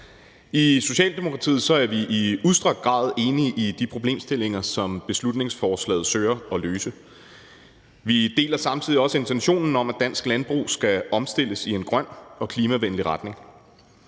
I Socialdemokratiet er vi i udstrakt grad enige i de problemstillinger, som beslutningsforslaget søger at løse. Vi deler samtidig også intentionen om, at dansk landbrug skal omstilles i en grøn og klimavenlig retning.